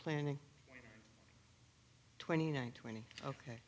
planning twenty nine twenty ok